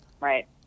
Right